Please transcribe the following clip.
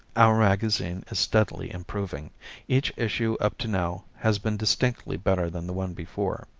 our magazine is steadily improving each issue up to now has been distinctly better than the one before.